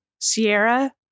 sierra